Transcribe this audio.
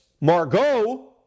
Margot